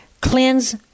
cleanse